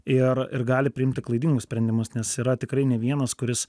ir ir gali priimti klaidingus sprendimus nes yra tikrai ne vienas kuris